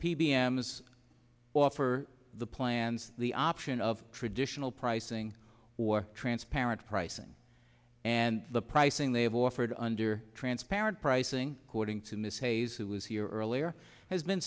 s offer the plan's the option of traditional pricing or transparent pricing and the pricing they have offered under transparent pricing according to miss hayes who was here earlier has been